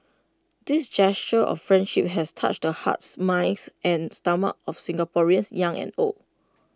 these gestures of friendship has touched the hearts minds and stomachs of Singaporeans young and old